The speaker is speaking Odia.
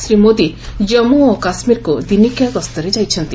ଶ୍ରୀ ମୋଦି କମ୍ମୁ ଓ କାଶ୍ମୀରକୁ ଦିନିକିଆ ଗସ୍ତରେ ଯାଇଛନ୍ତି